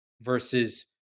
versus